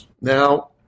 Now